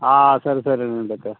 సరే సరేనండి అయితే